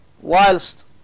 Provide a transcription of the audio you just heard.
whilst